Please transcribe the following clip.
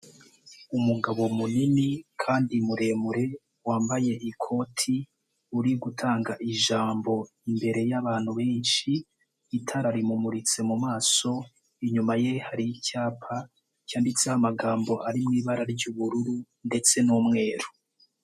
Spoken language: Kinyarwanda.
Umugabo munini kandi muremure, wambaye ikoti, uri gutanga ijambo, imbere y'abantu benshi, itara rimumuritse mu maso, inyuma ye hari icyapa, cyanditseho amagambo ari mu ibara ry'ubururu ndetse n'umweru.